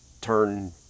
turn